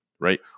right